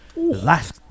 Last